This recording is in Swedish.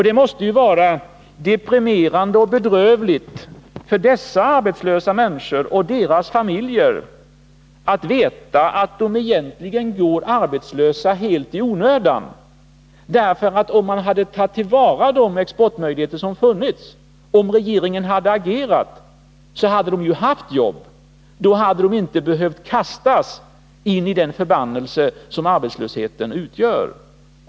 Det måste ju vara deprimerande och bedrövligt för dessa arbetslösa människor och deras familjer att veta att de egentligen går arbetslösa helt i onödan. Om man hade tagit till vara de exportmöjligheter som funnits, om regeringen hade agerat, så hade de ju haft jobb. Då hade de inte behövt kastas in i den förbannelse som arbetslösheten utgör.